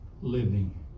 living